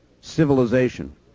civilization